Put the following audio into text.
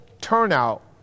turnout